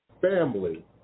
family